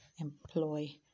employ